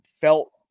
felt